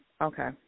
okay